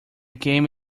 game